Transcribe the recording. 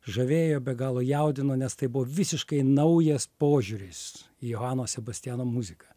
žavėjo be galo jaudino nes tai buvo visiškai naujas požiūris į johano sebastiano muziką